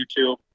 YouTube